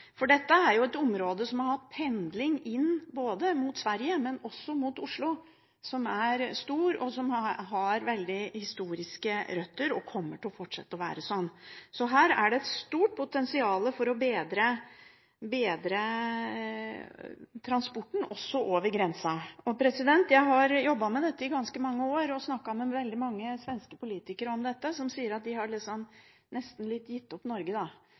Dette er et område som har hatt stor pendling mot Sverige, men også mot Oslo, som har veldig historiske røtter, og som kommer til å fortsette å være slik. Her er det et stort potensial for å bedre transporten også over grensen. Jeg har jobbet med dette i ganske mange år og snakket med veldig mange svenske politikere om dette som sier at de nesten har gitt litt opp Norge